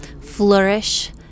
flourish